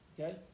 Okay